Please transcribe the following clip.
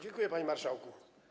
Dziękuję, panie marszałku.